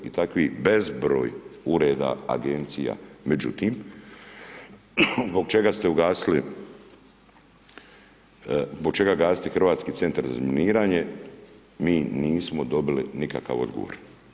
I takvih bezbroj ureda, agencija, međutim, zbog čega ste ugasili, zbog čega gasite Hrvatski centar za razminiranje, mi nismo dobili nikakav odgovor.